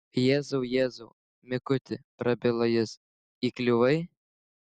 jėzau jėzau mikuti prabilo jis įkliuvai